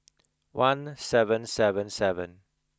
one seven seven seven